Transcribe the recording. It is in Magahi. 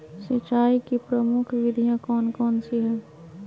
सिंचाई की प्रमुख विधियां कौन कौन सी है?